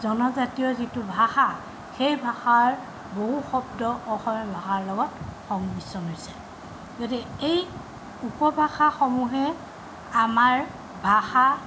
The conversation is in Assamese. জনজাতীয় যিটো ভাষা সেই ভাষাৰ বহু শব্দ অসমীয়া ভাষাৰ লগত সংমিশ্ৰণ হৈছে গতিকে এই উপভাষাসমূহে আমাৰ ভাষা